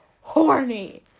horny